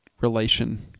relation